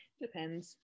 depends